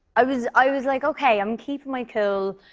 i was i was like, okay, i'm keeping my cool.